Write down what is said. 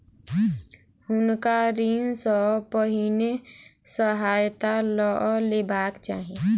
हुनका ऋण सॅ पहिने सहायता लअ लेबाक चाही